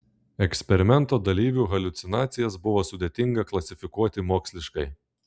eksperimento dalyvių haliucinacijas buvo sudėtinga klasifikuoti moksliškai